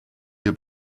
have